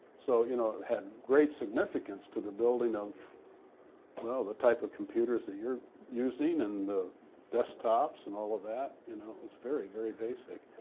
so you know it had great significance to the building of the type of computers that you're using and the desktops and all of that. you know it was very, very basic.